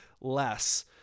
less